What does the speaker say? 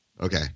Okay